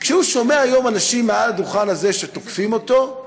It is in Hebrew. כשהוא שומע היום אנשים מעל הדוכן הזה תוקפים אותו,